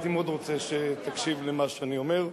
הייתי מאוד רוצה שתקשיב למה שאני אומר,